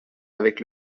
avec